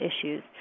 issues